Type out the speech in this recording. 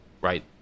right